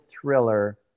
thriller